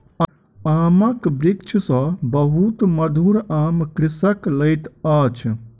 आमक वृक्ष सॅ बहुत मधुर आम कृषक लैत अछि